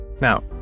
Now